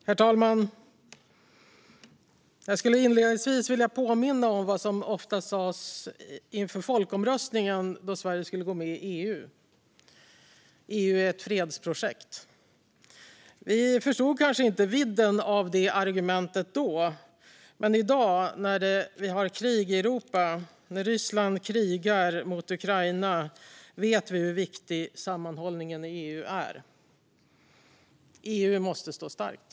Herr talman! Jag vill inledningsvis påminna om vad som ofta sas inför folkomröstningen om Sverige skulle gå med i EU: EU är ett fredsprojekt. Vi förstod kanske inte vidden av det argumentet då. Men i dag, när ett krig pågår i Europa, när Ryssland krigar mot Ukraina, vet vi hur viktig sammanhållningen i EU är. EU måste stå starkt.